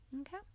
Okay